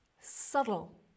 Subtle